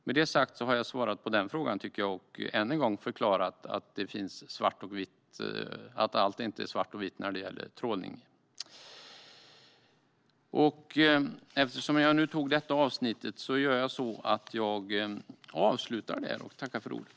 Med det sagt tycker jag att jag har svarat på frågan och än en gång förklarat att allt är inte svart eller vitt när det gäller trålning.